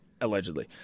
allegedly